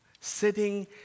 Sitting